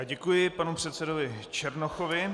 Děkuji panu předsedovi Černochovi.